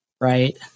right